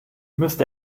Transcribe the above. müsste